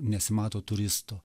nesimato turistų